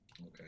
okay